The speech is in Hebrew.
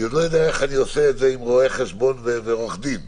אני עוד לא יודע איך אני עושה את זה עם רואה חשבון ועורך דין,